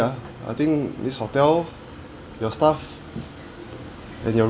I think this hotel your staff and your ro~